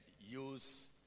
use